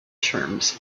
terms